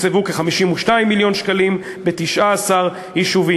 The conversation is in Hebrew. תוקצבו כ-52 מיליון שקלים ב-19 יישובים.